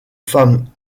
femme